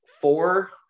four